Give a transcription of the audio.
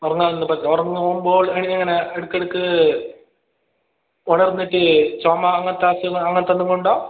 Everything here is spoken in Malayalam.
ഉറങ്ങാൻ ഇന്ന് ഇപ്പോൾ ഉറങ്ങുമ്പോൾ എനിക്ക് ഇങ്ങനെ ഇടയ്ക്ക് ഇടയ്ക്ക് ഉണർന്നിട്ട് ചുമ അങ്ങനത്തെ അസുഖം അങ്ങനത്തെ എന്തെങ്കിലും ഉണ്ടോ